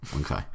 Okay